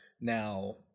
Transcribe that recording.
now